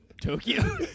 Tokyo